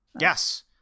Yes